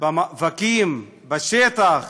במאבקים בשטח